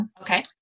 Okay